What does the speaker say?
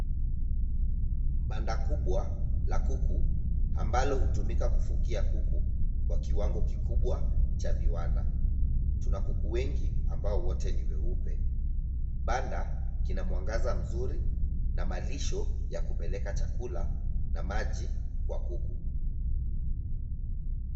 Banda kubwa la kuku ambalo hutumika kufugia kuku kwa kiwango kikubwa cha viwanda. Tuna kuku wengi ambao wote ni weupe. Banda kina mwangaza mzuri na malisho ya kupeleka chakula na maji kwa kuku.